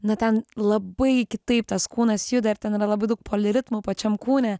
na ten labai kitaip tas kūnas juda ir ten yra labai daug poliritmų pačiam kūne